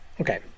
Okay